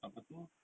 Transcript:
apa tu